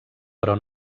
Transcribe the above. però